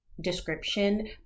description